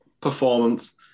performance